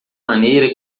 maneira